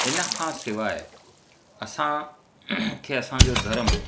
हिन खां सवाइ असां खे असांजो धर्म